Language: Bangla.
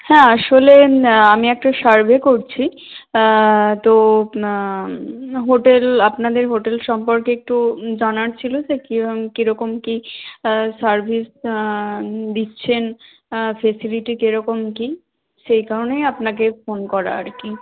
হ্যাঁ আসলে আমি একটা সার্ভে করছি তো হোটেল আপনাদের হোটেল সম্পর্কে একটু জানার ছিল যে কীরকম কীরকম কী সার্ভিস দিচ্ছেন ফেসিলিটি কীরকম কী সেই কারণেই আপনাকে ফোন করা আর কি